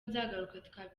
nzagaruka